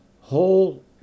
whole